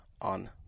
on